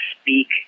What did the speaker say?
speak